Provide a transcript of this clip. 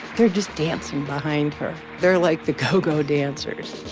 they're just dancing behind her. they're like the cogo dancers